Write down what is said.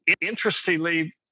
Interestingly